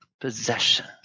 possession